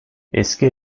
eski